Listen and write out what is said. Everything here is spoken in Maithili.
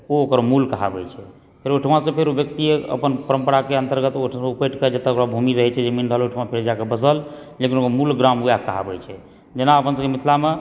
ओ ओकर मूल कहाबै छै फेर ओहिठमासंँ फेर ओ व्यक्ति अपन परम्पराके अंतर्गत ओहिठामसंँ उपटिकऽ जतहुँ ओकरा भूमि रहय छै जमीन जाल ओहिठाम फेर जाकऽ बसल लेकिन ओकर मूल ग्राम ओएह कहाबै छै जेना अपन सभक मिथिलामे